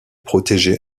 protégé